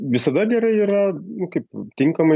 visada gerai yra nu kaip tinkamai